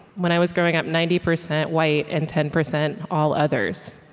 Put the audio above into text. when i was growing up, ninety percent white and ten percent all others.